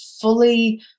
fully